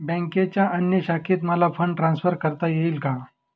बँकेच्या अन्य शाखेत मला फंड ट्रान्सफर करता येईल का?